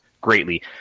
greatly